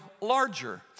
larger